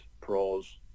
pros